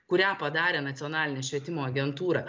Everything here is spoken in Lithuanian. kurią padarė nacionalinė švietimo agentūra